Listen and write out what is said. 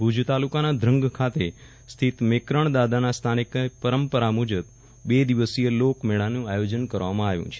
ભુજ તાલુકાના ધ્રંગ ગામ સ્થિત મેકરણદાદાના સ્થાનકે પરંપરા મુજબ બે દિવસીય લોક મેળાનું આયોજન કરવામાં આવ્યુ છે